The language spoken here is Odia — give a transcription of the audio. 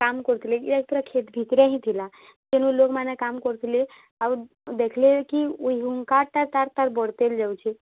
କାମ୍ କରୁଥିଲେ କ୍ଷେତ୍ ଭିତ୍ରେ ହିଁ ଥିଲା ସେନୁ ଲୋକ୍ମାନେ କାମ୍ କରୁଥିଲେ ଆଉ ଦେଖ୍ଲେକି ଉଇ ହୁଙ୍କାଟା ତା'ର୍ ତା'ର୍ ବଢ଼୍ତେଲ୍ ଯାଉଚି